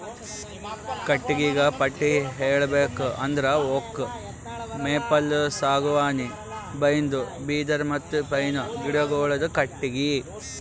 ಕಟ್ಟಿಗಿಗ ಪಟ್ಟಿ ಹೇಳ್ಬೇಕ್ ಅಂದ್ರ ಓಕ್, ಮೇಪಲ್, ಸಾಗುವಾನಿ, ಬೈನ್ದು, ಬಿದಿರ್ ಮತ್ತ್ ಪೈನ್ ಗಿಡಗೋಳುದು ಕಟ್ಟಿಗಿ